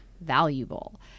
valuable